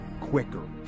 quicker